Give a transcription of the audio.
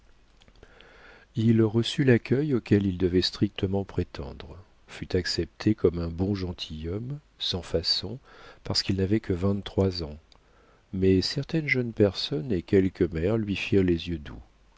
il reçut l'accueil auquel il devait strictement prétendre fut accepté comme un bon gentilhomme sans façon parce qu'il n'avait que vingt-trois ans mais certaines jeunes personnes et quelques mères lui firent les yeux doux